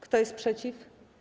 Kto jest przeciw?